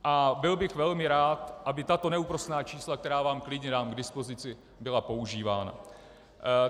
A byl bych velmi rád, aby tato neúprosná čísla, která vám klidně dám k dispozici, byla používána.